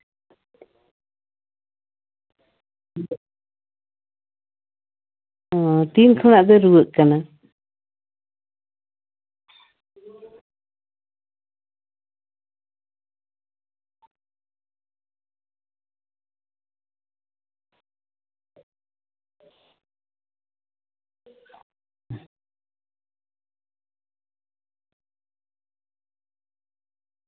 ᱦᱮᱸ ᱛᱤᱱ ᱠᱷᱚᱱᱟᱜ ᱫᱚᱭ ᱨᱩᱣᱟᱹᱜ ᱠᱟᱱᱟ